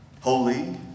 holy